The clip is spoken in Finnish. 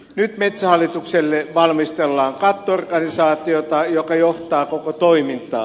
nyt metsähallitukselle valmistellaan katto organisaatiota joka johtaa koko toimintaa